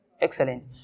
Excellent